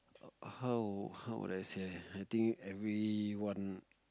how how would I say I think everyone